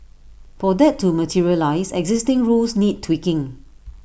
for that to materialise existing rules need tweaking